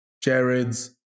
jared's